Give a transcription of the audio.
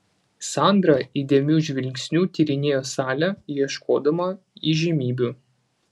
sandra įdėmiu žvilgsniu tyrinėjo salę ieškodama įžymybių